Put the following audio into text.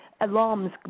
alarms